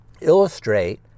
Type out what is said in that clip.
illustrate